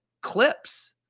clips